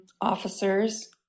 officers